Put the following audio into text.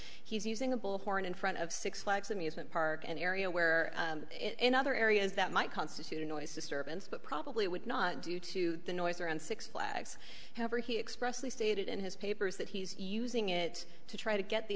he's using a bullhorn in front of six flags amusement park an area where in other areas that might constitute a noise disturbance but probably would not do to the noise around six flags however he expressed the stated in his papers that he's using it to try to get the